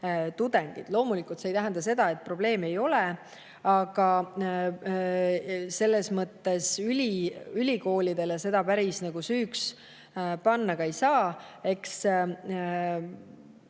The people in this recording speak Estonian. tudengid. Loomulikult see ei tähenda seda, et probleeme ei ole, aga selles mõttes ülikoolidele seda päris süüks panna ka ei saa. Eks